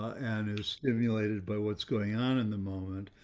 and is emulated by what's going on in the moment.